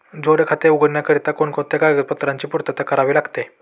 जोड खाते उघडण्याकरिता कोणकोणत्या कागदपत्रांची पूर्तता करावी लागते?